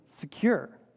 secure